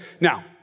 Now